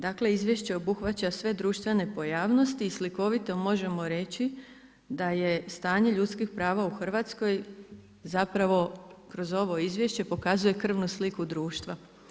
Dakle, izviješće obuhvaća sve društvene pojavnosti i slikovito možemo reći da je stanje ljudskih prava u Hrvatskoj zapravo kroz ovo izvješće pokazuje krvnu sliku društva.